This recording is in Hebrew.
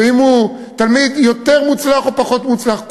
אם הוא תלמיד יותר מוצלח או פחות מוצלח.